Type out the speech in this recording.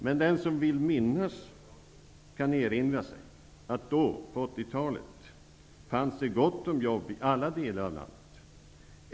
Men den som vill minnas kan erinra sig att det på 80-talet fanns gott om jobb i alla delar av landet.